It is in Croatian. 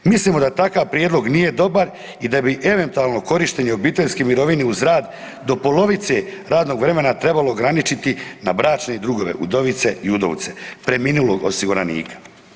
Mislimo da takav prijedlog nije dobar i da bi eventualno korištenje obiteljske mirovine uz rad do polovice radnog vremena trebalo ograničiti na bračne drugove, udovice i udovce preminulog osiguranika.